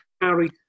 Harry